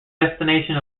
destination